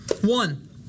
One